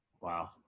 wow